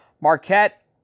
Marquette